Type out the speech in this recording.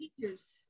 teachers